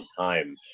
time